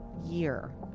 year